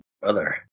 Brother